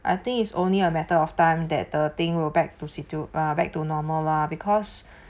I think is only a matter of time that the thing rollback to situ~ uh back to normal lah because